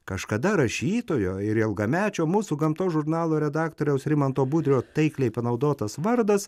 kažkada rašytojo ir ilgamečio mūsų gamtos žurnalo redaktoriaus rimanto budrio taikliai panaudotas vardas